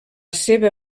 seva